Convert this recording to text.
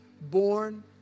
born